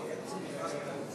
שרים וחברי הכנסת